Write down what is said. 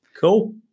Cool